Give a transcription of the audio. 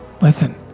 listen